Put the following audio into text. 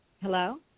Hello